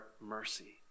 mercy